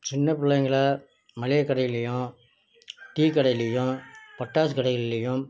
சின்ன பிள்ளைங்கள மளிகை கடையிலேயும் டீ கடையிலேயும் பட்டாசு கடைகள்லேயும்